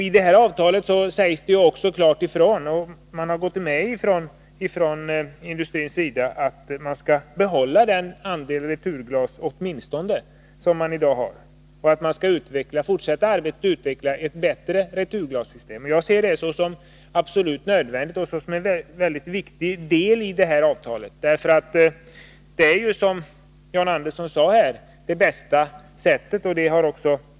Industrin har i avtalet gått med på att behålla åtminstone den andel returglas som finns i dag och att fortsätta arbetet med att utveckla ett bättre returglassystem. Jag ser detta som absolut nödvändigt och som en viktig del i avtalet. Returglassystemet är, som John Andersson sade, det bästa systemet.